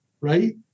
right